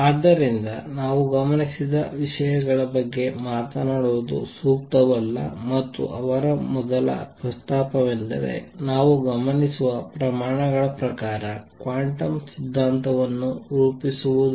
ಆದ್ದರಿಂದ ನಾವು ಗಮನಿಸದ ವಿಷಯಗಳ ಬಗ್ಗೆ ಮಾತನಾಡುವುದು ಸೂಕ್ತವಲ್ಲ ಮತ್ತು ಅವರ ಮೊದಲ ಪ್ರಸ್ತಾಪವೆಂದರೆ ನಾವು ಗಮನಿಸುವ ಪ್ರಮಾಣಗಳ ಪ್ರಕಾರ ಕ್ವಾಂಟಮ್ ಸಿದ್ಧಾಂತವನ್ನು ರೂಪಿಸುವುದು